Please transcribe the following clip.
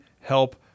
help